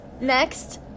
Next